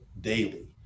daily